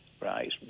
right